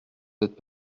cette